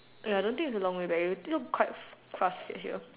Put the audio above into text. ya I don't think it's a long way back it looks quite fast at here